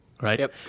right